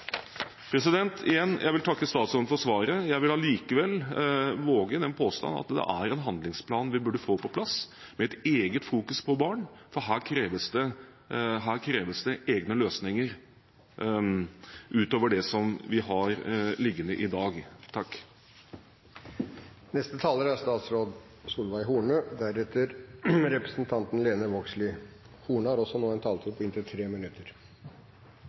Igjen: Jeg vil takke statsråden for svaret. Jeg vil likevel våge den påstand at det er en handlingsplan vi burde få på plass, med en egen fokusering på barn, for her kreves det egne løsninger utover det som vi har liggende i dag. Det er mange ting vi kan få gjort her. Det er flere planer. Det er en handlingsplan som justisministeren har